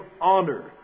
honor